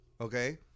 Okay